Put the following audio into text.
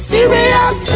Serious